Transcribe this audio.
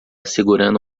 segurando